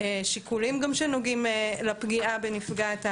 שיקולים גם שנוגעים לפגיעה בנפגעת העבירה,